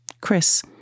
Chris